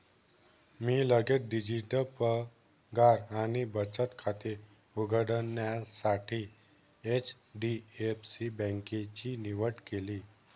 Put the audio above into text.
मी लगेच डिजिटल पगार आणि बचत खाते उघडण्यासाठी एच.डी.एफ.सी बँकेची निवड केली